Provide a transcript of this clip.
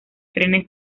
trenes